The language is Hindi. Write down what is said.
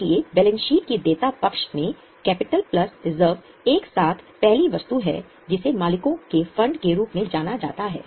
इसलिए बैलेंस शीट की देयता पक्ष में कैपिटल प्लस रिजर्व एक साथ पहली वस्तु है जिसे मालिकों के फंड के रूप में जाना जाता है